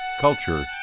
culture